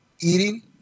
eating